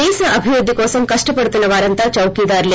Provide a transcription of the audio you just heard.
దేశ అభివృద్లి కోసం కష్ణపడుతున్న వారంతా చౌకీదార్లే